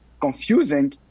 confusing